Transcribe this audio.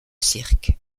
cirques